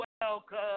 welcome